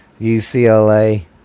UCLA